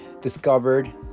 discovered